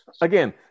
Again